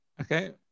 Okay